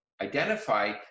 identify